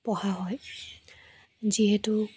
পঢ়া হয় যিহেতু